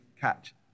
catch